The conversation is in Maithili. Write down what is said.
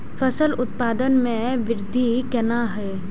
फसल उत्पादन में वृद्धि केना हैं?